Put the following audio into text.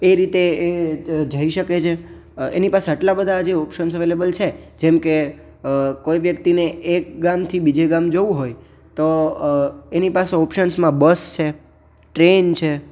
એ રીતે એ જઈ શકે છે એની પાસે એટલા બધા જે ઓપશન અવેલેબલ છે જેમ કે કોઈ વ્યક્તિને એક ગામથી બીજે ગામ જવું હોય તો એની પાસે ઓપસન્સમાં બસ છે ટ્રેન છે